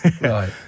Right